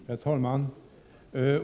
Herr talman!